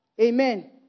Amen